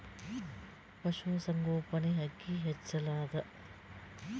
ಪಶುಸಂಗೋಪನೆ ಅಕ್ಕಿ ಹೆಚ್ಚೆಲದಾ?